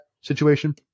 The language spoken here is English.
situation